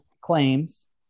claims